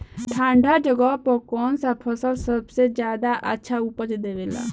ठंढा जगह पर कौन सा फसल सबसे ज्यादा अच्छा उपज देवेला?